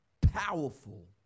powerful